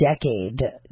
decade